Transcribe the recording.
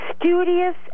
studious